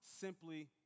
simply